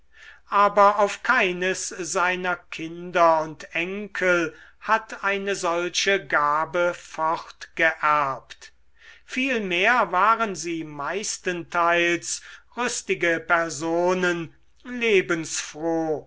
aber auf keines seiner kinder und enkel hat eine solche gabe fortgeerbt vielmehr waren sie meistenteils rüstige personen lebensfroh